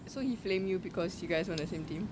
so he flame you because you guys on the same team